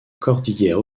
cordillère